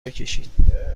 بکشید